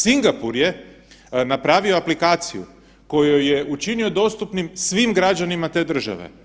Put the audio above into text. Singapur je napravio aplikaciju koju je učinio dostupnim svim građanima te države.